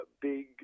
big